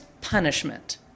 punishment